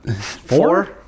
Four